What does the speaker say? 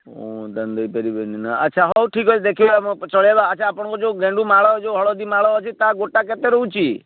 ଦେଇପାରିବେନି ନା ଆଚ୍ଛା ହଉ ଠିକ୍ ଅଛି ଦେଖିବା ଚଳେଇବା ଆଚ୍ଛା ଆପଣଙ୍କର ଯେଉଁ ଗେଣ୍ଡୁ ମାଳ ଯେଉଁ ହଳଦୀ ମାଳ ଅଛି ତା ଗୋଟା କେତେ ରହୁଛି